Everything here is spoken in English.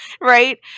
right